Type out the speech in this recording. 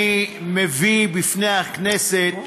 אני מביא לפני הכנסת,